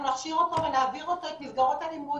אנחנו נכשיר אותו ונעביר אותו את מסגרות הלימוד